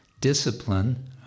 discipline